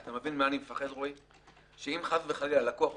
אני פוחד שאם חלילה לקוח אומר: